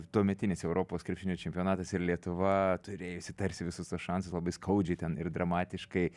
tuometinis europos krepšinio čempionatas ir lietuva turėjusi tarsi visus tuos šansus labai skaudžiai ten ir dramatiškai